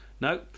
No